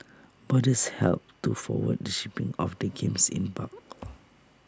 boarders helped to forward the shipping of the games in bulk